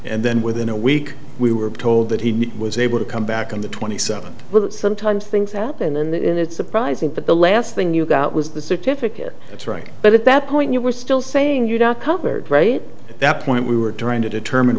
and then within a week we were told that he was able to come back on the twenty seventh but sometimes things happen and it's surprising but the last thing you got was the certificate that's right but at that point you were still saying you're not covered right at that point we were trying to determine